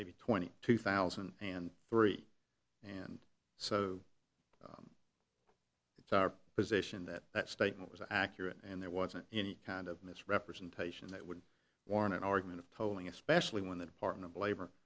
maybe twenty two thousand and three and so it's our position that that statement was accurate and there wasn't any kind of misrepresentation that would warrant an organ of polling especially when the department of labor